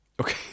okay